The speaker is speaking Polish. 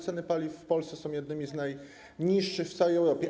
Ceny paliw w Polsce są jednymi z najniższych w całej Europie.